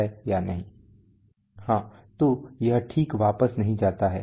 Does it go back हाँ तो यह ठीक वापस नहीं जाता है